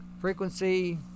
frequency